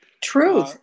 True